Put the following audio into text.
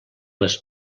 les